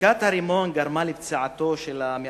זריקת הרימון גרמה לפציעתו של המאבטח.